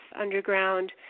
underground